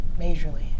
Majorly